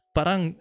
Parang